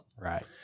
Right